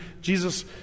Jesus